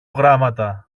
γράμματα